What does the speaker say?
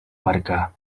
barca